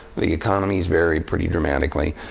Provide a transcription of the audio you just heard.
the economies very pretty dramatically.